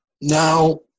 now